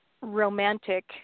romantic